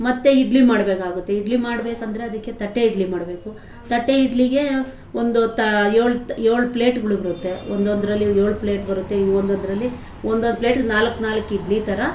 ಮತ್ತು ಇಡ್ಲಿ ಮಾಡಬೇಕಾಗುತ್ತೆ ಇಡ್ಲಿ ಮಾಡಬೇಕಂದ್ರೆ ಅದಕ್ಕೆ ತಟ್ಟೆ ಇಡ್ಲಿ ಮಾಡಬೇಕು ತಟ್ಟೆ ಇಡ್ಲಿಗೆ ಒಂದು ತಾ ಏಳು ಏಳು ಪ್ಲೇಟ್ಗಳು ಬರುತ್ತೆ ಒಂದೊಂದರಲ್ಲಿ ಏಳು ಪ್ಲೇಟ್ ಬರುತ್ತೆ ಒಂದೊಂದರಲ್ಲಿ ಒಂದೊಂದು ಪ್ಲೇಟಿಗೆ ನಾಲ್ಕು ನಾಲ್ಕು ಇಡ್ಲಿ ಥರ